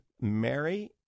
Mary